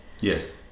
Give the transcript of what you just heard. yes